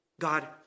God